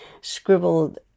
scribbled